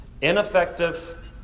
ineffective